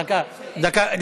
דקה, דקה.